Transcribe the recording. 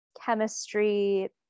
chemistry